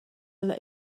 alla